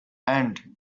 and